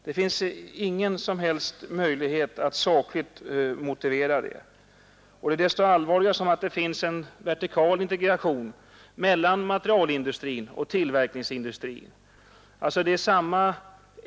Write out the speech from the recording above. Det finns ingen som helst möjlighet att sakligt motivera dem. Det är desto allvarligare som det förekommer en vertikal integration mellan materialindustrin och tillverkningsindustrin.